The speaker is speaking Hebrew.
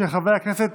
של חברי הכנסת